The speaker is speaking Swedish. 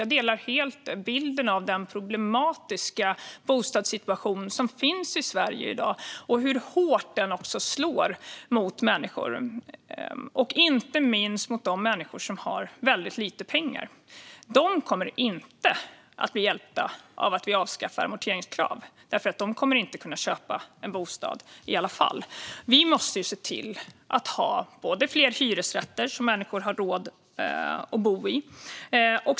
Jag delar helt bilden av den problematiska bostadssituation som finns i Sverige i dag och hur hårt den slår mot människor, inte minst mot de människor som har väldigt lite pengar. De kommer inte att bli hjälpta av att vi avskaffar amorteringskraven, för de kommer inte att kunna köpa en bostad i alla fall. Vi måste se till att vi har fler hyresrätter som människor har råd att bo i.